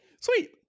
Sweet